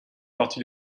parti